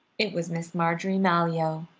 it was miss marjorie malyoe,